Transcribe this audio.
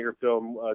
film